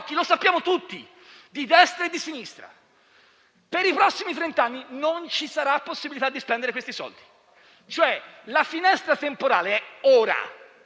lo sappiamo tutti - di destra e di sinistra. Per i prossimi trent'anni non ci sarà possibilità di spendere questi soldi. La finestra temporale è ora